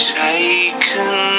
taken